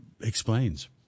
explains